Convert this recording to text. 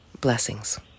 Blessings